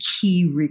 key